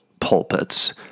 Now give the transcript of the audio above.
pulpits